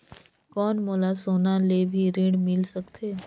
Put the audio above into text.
कौन मोला सोना ले भी ऋण मिल सकथे?